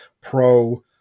pro